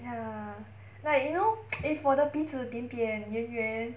ya like you know if 我的鼻子扁扁圆圆